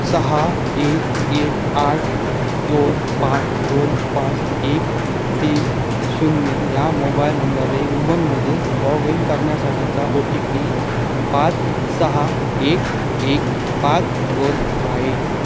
सहा एक एक आठ दोन पाच दोन पाच एक तीन शून्य ह्या मोबाईल नंबरने उमंगमध्ये लॉग इन करण्यासाठीचा ओ टी पी पाच सहा एक एक पाच दोन आहे